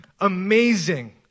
amazing